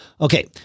Okay